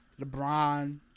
LeBron